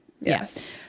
Yes